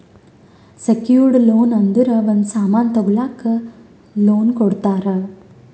secured loan ಅಂದುರ್ ಒಂದ್ ಸಾಮನ್ ತಗೊಳಕ್ ಲೋನ್ ಕೊಡ್ತಾರ